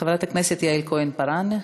חברת הכנסת יעל כהן-פארן.